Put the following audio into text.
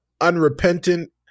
unrepentant